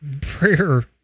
prayer